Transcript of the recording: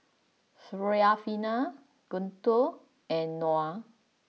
Syarafina Guntur and Noah